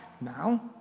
now